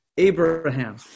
Abraham